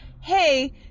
hey